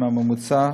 ומהממוצע,